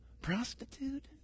prostitute